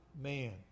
man